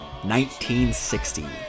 1960